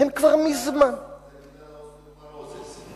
אולי זה בגלל האוסטיאופורוזיס.